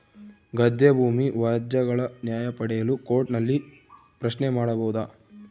ಗದ್ದೆ ಭೂಮಿ ವ್ಯಾಜ್ಯಗಳ ನ್ಯಾಯ ಪಡೆಯಲು ಕೋರ್ಟ್ ನಲ್ಲಿ ಪ್ರಶ್ನೆ ಮಾಡಬಹುದಾ?